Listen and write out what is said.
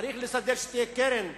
צריך לסדר שתהיה קרן,